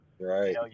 Right